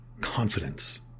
confidence